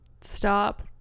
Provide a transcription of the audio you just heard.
Stop